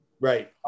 Right